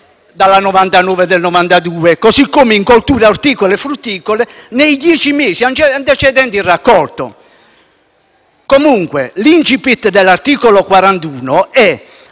legislativo, così come in colture orticole e frutticole nei dieci mesi antecedenti il raccolto. Comunque, l’incipit dell’articolo 41 è